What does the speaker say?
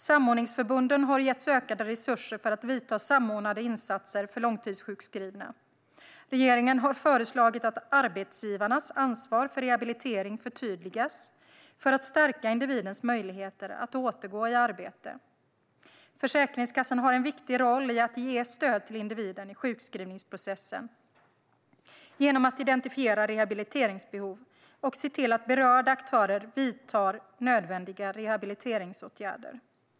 Samordningsförbunden har getts ökade resurser för att vidta samordnade insatser för långtidssjukskrivna. Regeringen har föreslagit att arbetsgivarnas ansvar för rehabilitering förtydligas för att stärka individens möjligheter att återgå i arbete. Försäkringskassan har en viktig roll i att ge stöd till individen i sjukskrivningsprocessen genom att identifiera rehabiliteringsbehov och se till att berörda aktörer vidtar nödvändiga rehabiliteringsåtgärder.